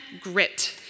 grit